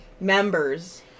members